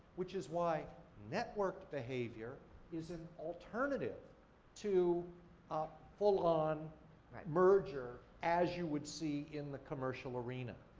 which is why network behavior is an alternative to ah full on merger as you would see in the commercial arena.